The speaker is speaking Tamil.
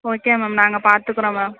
ஓகே மேம் நாங்கள் பாத்துக்கிறோம் மேம்